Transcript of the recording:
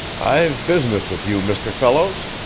i've business with you, mr. fellows.